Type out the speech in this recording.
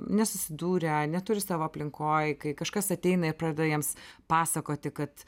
nesusidūrę neturi savo aplinkoj kai kažkas ateina ir pradeda jiems pasakoti kad